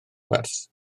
wers